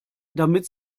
damit